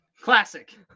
classic